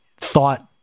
thought